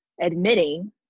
admitting